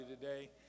today